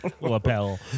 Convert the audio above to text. Lapel